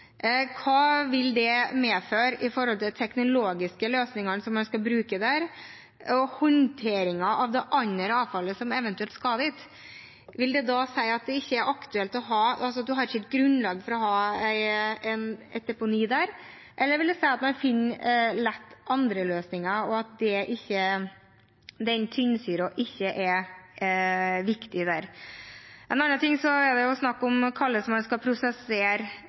Hva vil det medføre i forhold til de teknologiske løsningene som en skal bruke der, og håndteringen av det andre avfallet som eventuelt skal dit? Vil det da si at det ikke er aktuelt – at det ikke er grunnlag for å ha et deponi der? Eller vil det si at man lett finner andre løsninger, og at tynnsyre ikke er viktig der? En annen ting er at det er snakk om hvordan man skal prosessere